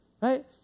right